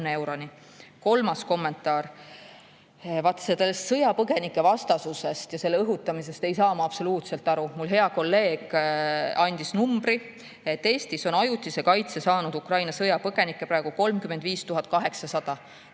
euroni. Kolmas kommentaar. Vaat sellest sõjapõgenikevastasusest ja selle õhutamisest ei saa ma absoluutselt aru. Mu hea kolleeg andis numbri, et Eestis on ajutise kaitse saanud Ukraina sõjapõgenikke praegu 35 800.